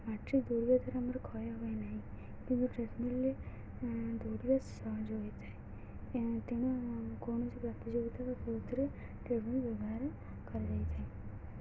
ମାଟି୍ର ଦୌଡ଼ିବା ଦ୍ୱାରା ଆମର କ୍ଷୟ ହୁଏ ନାହିଁ କିନ୍ତୁ ଟ୍ରେଡ଼ମିଲରେ ଦୌଡ଼ିବା ସହଜ ହୋଇଥାଏ ତେଣୁ କୌଣସି ପ୍ରତିଯୋଗିତା କେଉଁଥିରେ ଟ୍ରେଡ଼ମିଲ୍ ବ୍ୟବହାର କରାଯାଇଥାଏ